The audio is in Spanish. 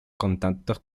contactos